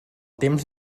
temps